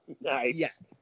Nice